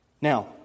Now